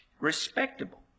Respectable